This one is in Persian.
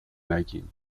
نگین